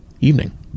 evening